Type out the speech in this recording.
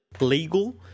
legal